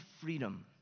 freedom